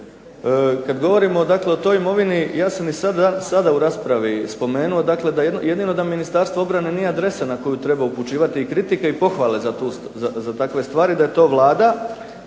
kada govorimo o toj imovini ja sam sada i u raspravi spomenuo da jedino Ministarstvo obrane nije adresa na koju treba upućivati i kritike i pohvale za takve stvari, da je to Vlada.